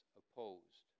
opposed